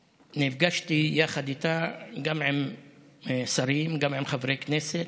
נפגשתי יחד איתה, גם עם שרים, גם עם חברי כנסת,